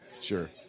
Sure